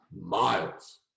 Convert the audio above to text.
miles